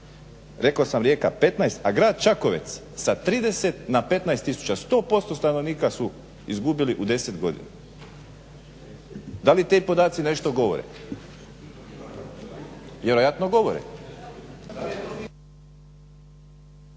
Rekao sa Rijeka 15, a grad Čakovec sa 30 na 15000. 100% stanovnika su izgubili u 10 godina. Da li ti podaci nešto govore. Vjerojatno govore.